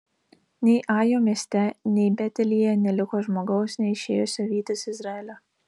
nei ajo mieste nei betelyje neliko žmogaus neišėjusio vytis izraelio